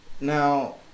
Now